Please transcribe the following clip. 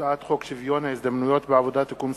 הצעת חוק שוויון ההזדמנויות בעבודה (תיקון מס'